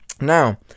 Now